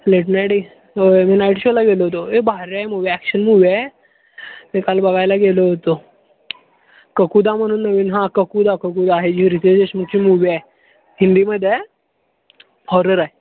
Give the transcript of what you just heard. late night एक होय मी नाईट शोला गेलो होतो ए भारी आहे मूव्ही ॲक्शन मूव्ही आहे ते काल बघायला गेलो होतो काकुदा म्हणून नवीन हां काकुदा काकुदा हे रितेश देशमुखची मूव्ही आहे हिंदीमध्ये हॉरर आहे